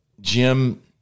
Jim